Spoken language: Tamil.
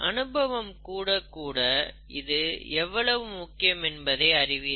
அனுபவம் கூடக் கூட இது எவ்வளவு முக்கியம் என்பதை அறிவீர்கள்